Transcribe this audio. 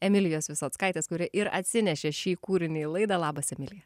emilijos visockaitės kuri ir atsinešė šį kūrinį į laidą labas emilija